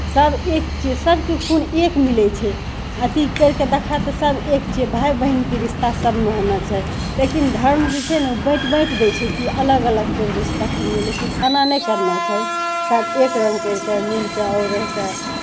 सभ एक छियै सभके खून एक मिलै छै अथी करि कऽ देखय तऽ सभ एक छियै भाय बहिनके रिश्ता सभमे होना चाही लेकिन धर्म जे छै ने ओ बाँटि बाँटि दै छै कि अलग अलग करि दै छै तखनिएँ लेकिन ओना नहि करना चाही सभ एक रङ्ग करि कऽ मिलि कऽ आओर रहि कऽ